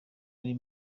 ari